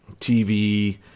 tv